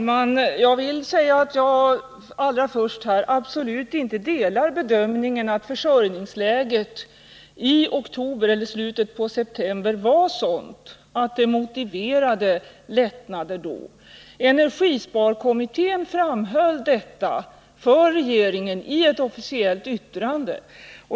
Herr talman! Jag delar absolut inte uppfattningen att försörjningsläget i oktober eller slutet av september var sådant att det motiverade lättnader. Energisparkommittén framhöll detta för regeringen i ett officiellt yttrande.